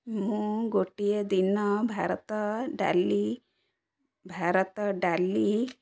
ମୁଁ ଗୋଟିଏ ଦିନ ଭାତ ଡାଲି ଭାତ ଡାଲି